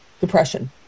depression